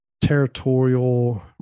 territorial